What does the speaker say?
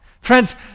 Friends